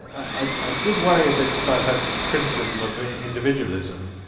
i i did worry a bit about her criticism of individualism,